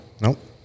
Nope